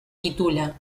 titula